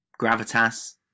gravitas